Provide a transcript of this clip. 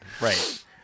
right